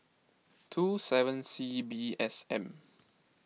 two seven C B S M